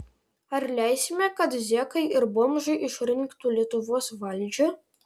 ar leisime kad zekai ir bomžai išrinktų lietuvos valdžią